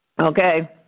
Okay